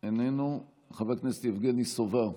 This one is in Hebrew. איננו, חבר הכנסת יבגני סובה,